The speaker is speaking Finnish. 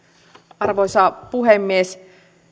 arvoisa puhemies